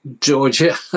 Georgia